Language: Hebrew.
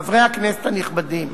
חברי הכנסת הנכבדים,